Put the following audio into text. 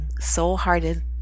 soul-hearted